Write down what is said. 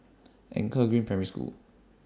Anchor Green Primary School